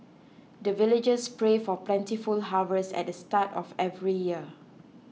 the villagers pray for plentiful harvest at the start of every year